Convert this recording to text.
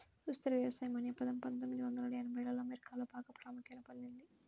సుస్థిర వ్యవసాయం అనే పదం పందొమ్మిది వందల ఎనభైలలో అమెరికాలో బాగా ప్రాముఖ్యాన్ని పొందింది